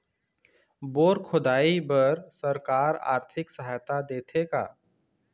Bore खोदाई बर सरकार आरथिक सहायता देथे का?